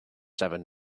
seven